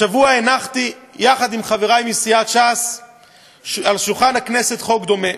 השבוע הנחתי יחד עם חברי מסיעת ש"ס על שולחן הכנסת חוק דומה,